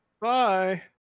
Bye